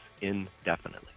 indefinitely